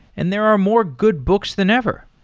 and there are more good books than ever.